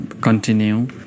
continue